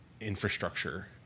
infrastructure